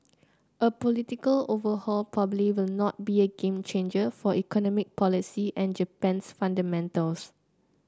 a political overhaul probably will not be a game changer for economic policy and Japan's fundamentals